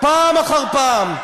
פעם אחר פעם.